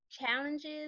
challenges